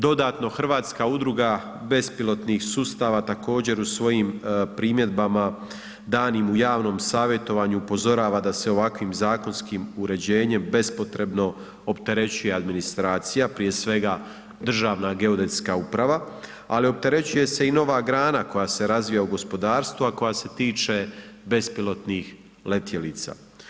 Dodatno Hrvatska udruga bespilotnih sustava, također u svojim primjedbama danim u javnom savjetovanju upozorava da se ovakvih zakonskim uređenjem bespotrebno opterećuje administracija, prije svega Državna geodetska uprava, ali i opterećuje se i nova grana koja se razvija u gospodarstvu, a koja se tiče bespilotnih letjelica.